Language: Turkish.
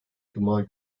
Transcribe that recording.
cuma